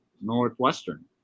Northwestern